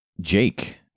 Jake